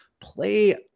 play